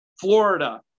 Florida